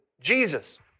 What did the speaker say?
Jesus